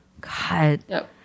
God